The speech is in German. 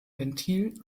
ventil